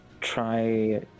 try